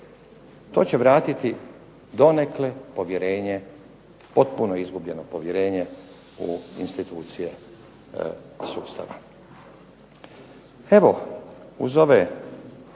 To će vratiti donekle povjerenje, potpuno izgubljeno povjerenje u institucije sustava. Evo uz ove